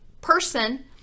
person